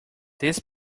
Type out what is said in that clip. this